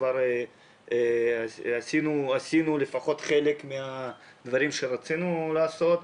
כבר עשינו לפחות חלק מהדברים שרצינו לעשות.